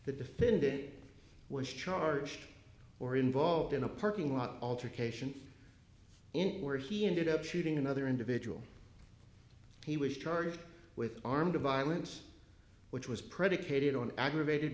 the defendant was charged or involved in a parking lot alter cation him where he ended up shooting another individual he was charged with armed violence which was predicated on aggravated